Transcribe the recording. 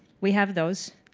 we have those.